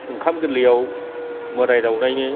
ओंखाम गोर्लैयाव मोदाय दावदायनो